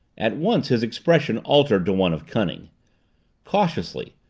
at once his expression altered to one of cunning cautiously,